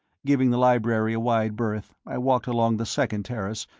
giving the library a wide berth, i walked along the second terrace,